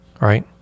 right